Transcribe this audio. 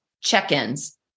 check-ins